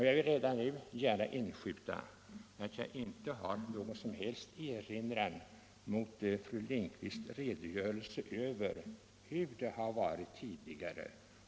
Jag vill redan nu gärna inskjuta att jag inte har någon som helst erinran mot fru Lindquists redogörelse över hur det har varit tidigare.